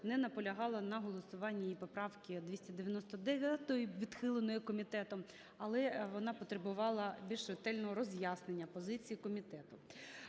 не наполягала на голосуванні її поправки 299, відхиленої комітетом, але вона потребувала більш ретельного роз'яснення позиції комітету.